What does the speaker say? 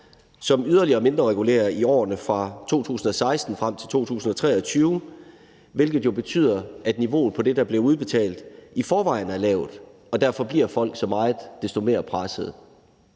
som yderligere mindreregulerer i årene fra 2016 frem til 2023, hvilket jo betyder, at niveauet for det, der blev udbetalt, i forvejen var lavt, og derfor bliver folk så meget desto mere pressede.